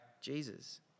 Jesus